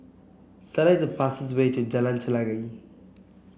select the fastest way to Jalan Chelagi